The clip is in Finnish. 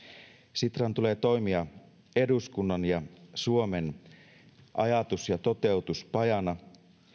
sitran tulee toimia eduskunnan ja suomen ajatus ja toteutuspajana